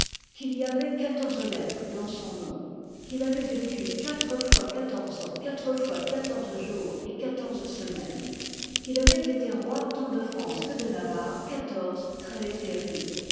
qu'il y avait lettres dans son nom qu'il avoit vécu quatre fois quatorze ans quatre fois quatorze jours et quatorze semaines qu'il avoit été roi tant de france que de lavarre